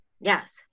Yes